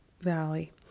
Valley